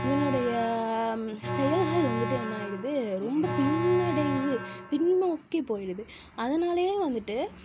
இவனோடைய செயல்கள் வந்துட்டு என்னாயிடுது ரொம்ப பின்னடைவு பின்னோக்கி போயிடுது அதனாலேயே வந்துட்டு